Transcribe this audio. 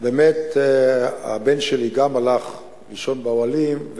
גם הבן שלי הלך לישון באוהלים,